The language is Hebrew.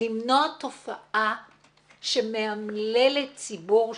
למנוע תופעה שמאמללת ציבור שלם,